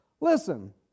Listen